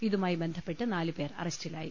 ഇതുമായി ബന്ധപ്പെട്ട് നാല് പേർ അറസ്റ്റിലായി